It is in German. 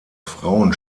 frauen